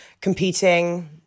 competing